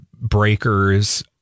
breakers